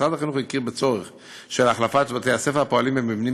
משרד החינוך הכיר בצורך של החלפת בתי-הספר הפועלים במבנים